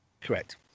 correct